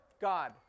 God